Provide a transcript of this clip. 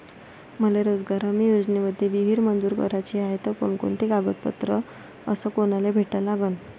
मले रोजगार हमी योजनेमंदी विहीर मंजूर कराची हाये त कोनकोनते कागदपत्र अस कोनाले भेटा लागन?